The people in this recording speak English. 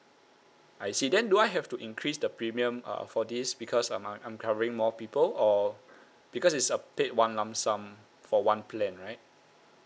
I see then do I have to increase the premium uh for this because um I'm covering more people or because it's a paid one lump sum for one plan right